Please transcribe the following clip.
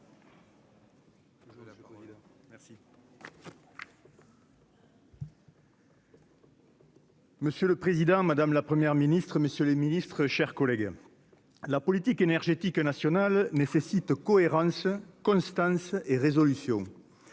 Monsieur le Président Madame la première ministre, messieurs les Ministres, chers collègues, la politique énergétique nationale nécessite cohérence, constance et résolution,